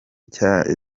cya